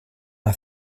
are